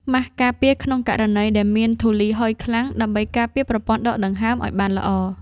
ម៉ាសការពារក្នុងករណីដែលមានធូលីហុយខ្លាំង ដើម្បីការពារប្រព័ន្ធដកដង្ហើមឱ្យបានល្អ។